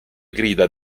grida